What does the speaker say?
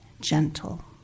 gentle